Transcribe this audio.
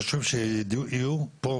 חוקי תכנון ובנייה חשוב שיהיו פה,